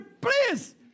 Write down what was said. please